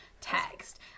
text